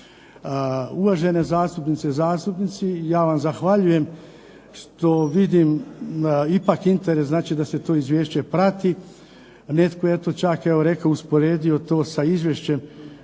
Uvažene zastupnice i zastupnici zahvaljujem što vidim ipak interes da se to izvješće prati, netko je to čak rekao, usporedio to sa Izvješćem